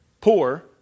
poor